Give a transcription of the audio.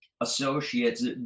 associates